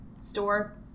store